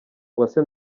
uwase